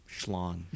schlong